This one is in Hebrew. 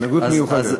התנגדות מיוחדת.